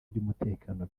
by’umutekano